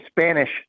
Spanish